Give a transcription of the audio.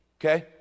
Okay